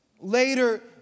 later